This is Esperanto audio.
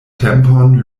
tempon